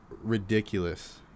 Ridiculous